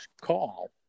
call